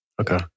Okay